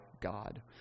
God